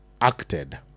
acted